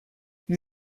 they